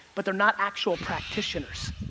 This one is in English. but they're not actual practitioners.